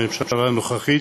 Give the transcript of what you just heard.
הממשלה הנוכחית